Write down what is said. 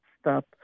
stop